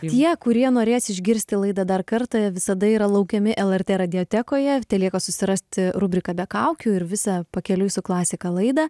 tie kurie norės išgirsti laidą dar kartą visada yra laukiami lrt radiotekoje telieka susirasti rubriką be kaukių ir visą pakeliui su klasika laidą